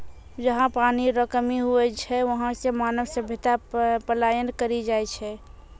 जहा पनी रो कमी हुवै छै वहां से मानव सभ्यता पलायन करी जाय छै